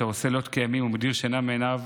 אשר עושה לילות כימים ומדיר שינה מעיניו